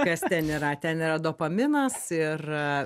kas ten yra ten yra dopaminas ir